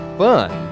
fun